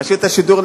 רשות השידור,